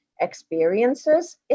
experiences